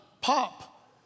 pop